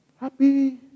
Happy